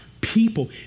people